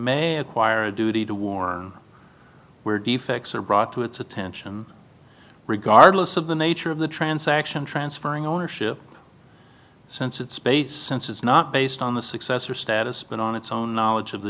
may acquire a duty to warn where defects are brought to its attention regardless of the nature of the transaction transferring ownership since it's based since it's not based on the success or status but on its own knowledge of the